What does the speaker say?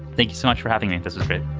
thank you so much for having me.